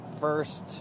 first